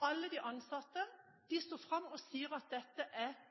og alle de ansatte står fram og sier at dette er